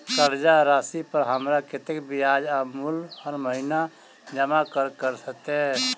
कर्जा राशि पर हमरा कत्तेक ब्याज आ मूल हर महीने जमा करऽ कऽ हेतै?